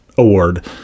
award